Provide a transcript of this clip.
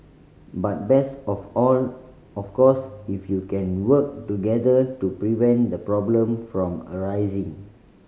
but best of all of course if you can work together to prevent the problem from arising